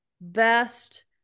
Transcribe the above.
best